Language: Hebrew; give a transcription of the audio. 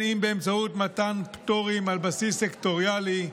באמצעות מתן פטורים על בסיס סקטוריאלי.